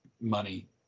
money